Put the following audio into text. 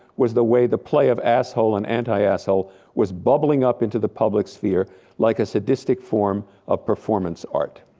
was the way the play of asshole and anti-asshole was bubbling up into the public sphere like a sadistic form of performance art.